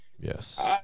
yes